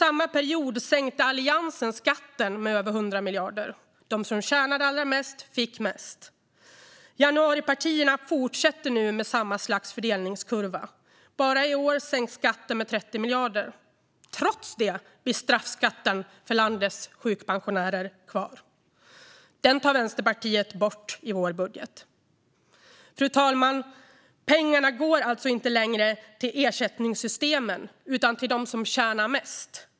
Alliansen sänkte under samma period skatten med över 100 miljarder. De som tjänade allra mest fick mest. Januaripartierna fortsätter nu med samma slags fördelningskurva. Bara i år sänks skatten med 30 miljarder. Trots det blir straffskatten för landets sjukpensionärer kvar. Den tar vi i Vänsterpartiet bort i vår budget. Fru talman! Pengarna går alltså inte längre till ersättningssystemen utan till dem som tjänar mest.